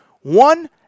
One